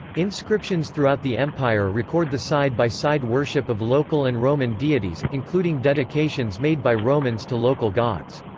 inscriptions throughout the empire record the side-by-side worship of local and roman deities, including dedications made by romans to local gods.